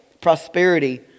prosperity